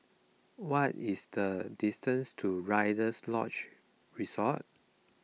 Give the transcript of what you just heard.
what is the distance to Rider's Lodge Resort